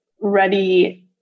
ready